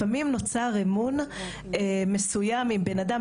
לפעמים נוצר אמון מסוים עם בן אדם,